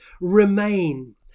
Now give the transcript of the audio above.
remain